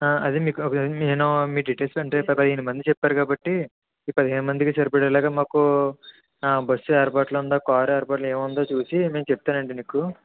అదే మీకు నేను మీ డీటైల్స్ అంటే ప పదిహేను మంది చెప్పారు కాబట్టి ఈ పదిహేను మందికి సరిపడేలాగా మాకు బస్సు ఏర్పాటులో ఉందో కారు ఏర్పాటులో ఏముందో చూసి నేను చెప్తానండి మీకు